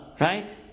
right